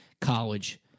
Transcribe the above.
college